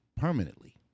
permanently